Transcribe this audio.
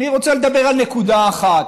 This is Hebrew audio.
אני רוצה לדבר על נקודה אחת.